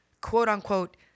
quote-unquote